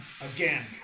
Again